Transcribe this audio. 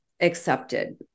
accepted